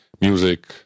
music